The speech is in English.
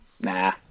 Nah